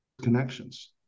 connections